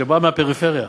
שבא מהפריפריה,